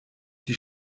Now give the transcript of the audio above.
die